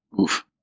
Oof